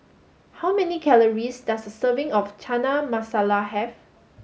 how many calories does a serving of Chana Masala have